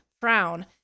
frown